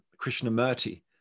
Krishnamurti